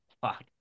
Fuck